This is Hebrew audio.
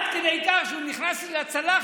עד כדי כך שהוא נכנס לי לצלחת,